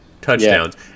touchdowns